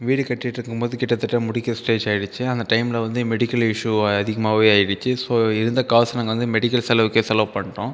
வீடு கட்டிட்டிருக்கும்போது கிட்டத்தட்ட முடிக்கிற ஸ்டேஜாயிடுச்சு அந்த டைமில் வந்து மெடிக்கல் இஷு அதிகமாவே ஆயிடுச்சு ஸோ இருந்த காசு நாங்கள் வந்து மெடிக்கல் செலவுக்கே செலவு பண்ணிட்டோம்